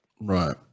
Right